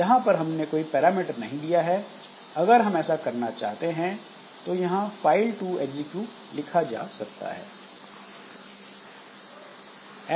यहां पर हमने कोई पैरामीटर नहीं दिया है अगर हम ऐसा करना चाहते हैं तो यहां फाइल टु एग्जीक्यूट लिखा जा सकता है